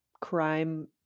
crime